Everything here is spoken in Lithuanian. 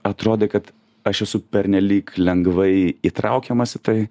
atrodė kad aš esu pernelyg lengvai įtraukiamas į tai